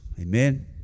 Amen